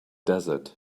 desert